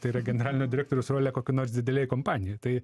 tai yra generalinio direktoriaus rolę kokioj nors didelėj kompanijoj tai